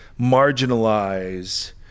marginalize